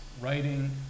writing